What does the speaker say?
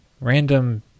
random